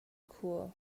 cool